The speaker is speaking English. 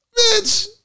Bitch